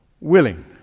willing